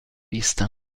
vista